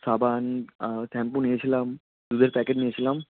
সাবান শ্যাম্পু নিয়েছিলাম দুধের প্যাকেট নিয়েছিলাম